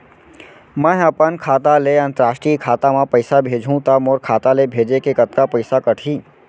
मै ह अपन खाता ले, अंतरराष्ट्रीय खाता मा पइसा भेजहु त मोर खाता ले, भेजे के कतका पइसा कटही?